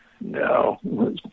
no